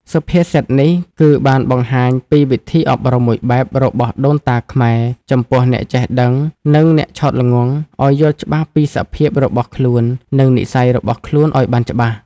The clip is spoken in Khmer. សុភាសិតនេះ គឺបានបង្ហាញពីវិធីអប់រំមួយបែប របស់ដូនតាខ្មែរ ចំពោះអ្នកចេះដឹង និងអ្នកឆោតល្ងង់ ឲ្យយល់ច្បាស់ពីសភាពរបស់ខ្លួន និងនិស្ស័យរបស់ខ្លួនឲ្យបានច្បាស់។